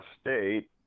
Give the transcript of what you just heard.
State